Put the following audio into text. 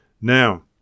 Now